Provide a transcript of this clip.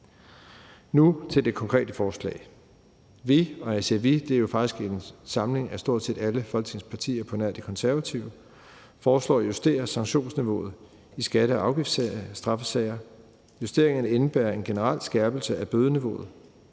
Nu til det konkrete forslag: Vi – og når jeg siger »vi«, er det jo faktisk en samling af stort set alle Folketingets partier på nær De Konservative – foreslår at justere sanktionsniveauet i skatte- og afgiftsstraffesager. Justeringerne indebærer en generel skærpelse af bødeniveauet,